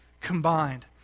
combined